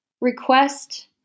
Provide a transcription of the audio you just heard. request